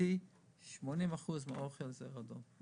לדעתי 80% מן האוכל המוכן הוא אדום.